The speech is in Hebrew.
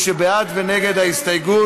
יעל גרמן ושל חברי הכנסת יצחק הרצוג,